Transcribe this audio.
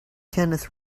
kenneth